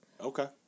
Okay